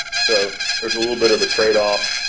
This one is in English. so there's a little bit of a trade off.